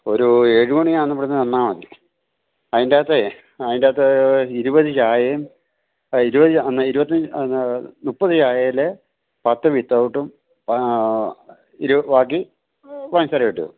ഒരു എഴുമണി ആകുമ്പോളേയ്ക്ക് തന്നാൽ മതി അതിന്റ അകത്ത് അതിന്റ അകത്ത് ഇരുപത് ചായയും എന്നാ മുപ്പത് ചായയിൽ പത്ത് വിത്തൌട്ടും ഇരു ബാക്കി പഞ്ചസാര ഇട്ടതും